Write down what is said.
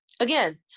Again